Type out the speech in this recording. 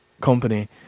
company